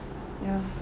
ya